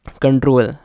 control